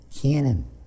canon